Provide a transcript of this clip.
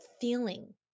feeling